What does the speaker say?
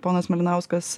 ponas malinauskas